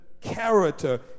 character